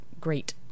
great